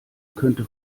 könnte